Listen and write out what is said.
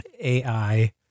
AI